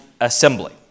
assembly